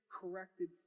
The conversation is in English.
corrected